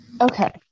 Okay